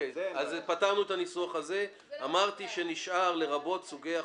פתרנו את הניסוח הזה, ונשאר: "לרבות סוגי החובות,